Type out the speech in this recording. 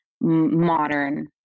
modern